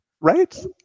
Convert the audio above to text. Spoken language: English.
Right